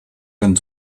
keinen